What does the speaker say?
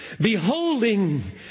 Beholding